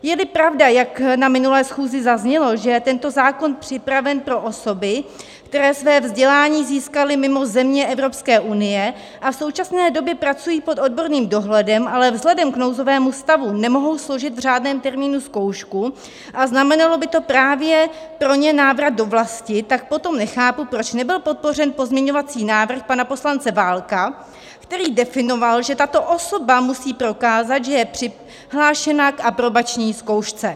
Jeli pravda, jak na minulé schůzi zaznělo, že tento zákon je připraven pro osoby, které své vzdělání získaly mimo země Evropské unie a v současné době pracují pod odborným dohledem, ale vzhledem k nouzovému stavu nemohou složit v řádném termínu zkoušku a znamenalo by to právě pro ně návrat do vlasti, tak potom nechápu, proč nebyl podpořen pozměňovací návrh pana poslance Válka, který definoval, že tato osoba musí prokázat, že je přihlášena k aprobační zkoušce.